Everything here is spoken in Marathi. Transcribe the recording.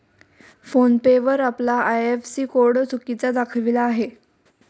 फोन पे वर आपला आय.एफ.एस.सी कोड चुकीचा दाखविला आहे